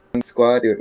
squad